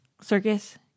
circus